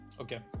Okay